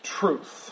truth